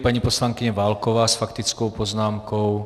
Paní poslankyně Válková s faktickou poznámkou.